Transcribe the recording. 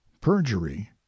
perjury